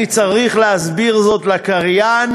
אני צריך להסביר זאת לקריין,